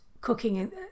cooking